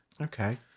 okay